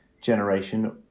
generation